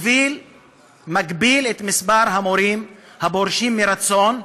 מגביל את מספר המורים הפורשים מרצון,